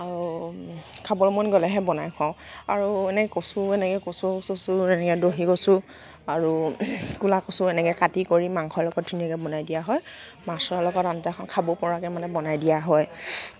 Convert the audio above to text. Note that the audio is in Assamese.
আৰু খাবৰ মন গ'লেহে বনাই খোৱাওঁ আৰু এনেকৈ কচু এনেকৈ কচু চচু এনেকৈ দহি কচু আৰু ক'লা কচু এনেকৈ কাটি কৰি মাংসৰ লগত ধুনীয়াকৈ বনাই দিয়া হয় মাছৰ লগত আঞ্জাখন খাব পৰাকে মানে বনাই দিয়া হয়